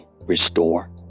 restore